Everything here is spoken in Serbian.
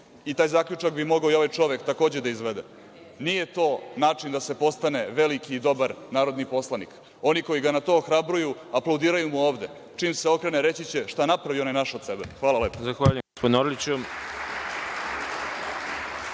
i taj zaključak bi mogao i ovaj čovek takođe da izvede. Nije to način da se postane veliki i dobar narodni poslanik. Oni koji ga na to ohrabruju, aplaudiraju mu ovde. Čim se okrene, reći će – Šta napravi onaj naš od sebe? Hvala lepo.